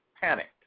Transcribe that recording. panicked